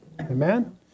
Amen